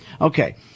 Okay